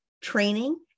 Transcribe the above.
training